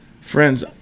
friends